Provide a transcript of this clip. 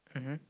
mmhmm